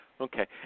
Okay